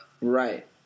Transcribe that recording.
Right